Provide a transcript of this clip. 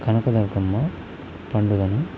కనకదుర్గమ్మ పండుగను